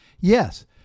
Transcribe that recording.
Yes